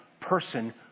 person